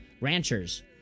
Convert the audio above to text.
ranchers